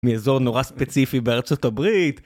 מאזור נורא ספציפי בארצות הברית